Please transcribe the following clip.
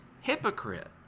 Hypocrite